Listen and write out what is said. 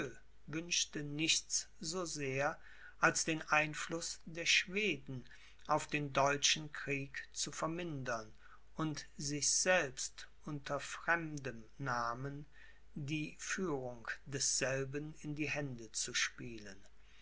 wünschte nichts so sehr als den einfluß der schweden auf den deutschen krieg zu vermindern und sich selbst unter fremdem namen die führung desselben in die hände zu spielen